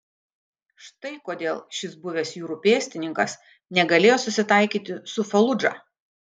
štai kodėl šis buvęs jūrų pėstininkas negalėjo susitaikyti su faludža